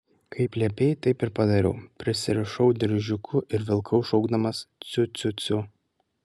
kaip liepei taip ir padariau prisirišau diržiuku ir vilkau šaukdamas ciu ciu ciu